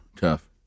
tough